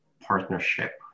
partnership